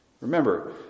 Remember